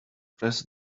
press